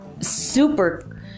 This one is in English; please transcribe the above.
super